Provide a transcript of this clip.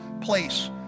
place